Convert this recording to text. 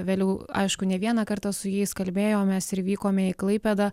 vėliau aišku ne vieną kartą su jais kalbėjomės ir vykome į klaipėdą